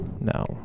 No